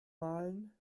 malen